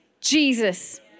Jesus